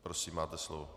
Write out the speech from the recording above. Prosím, máte slovo.